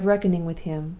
the day of reckoning with him,